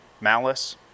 malice